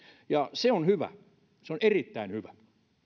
ja se on hyvä se on erittäin hyvä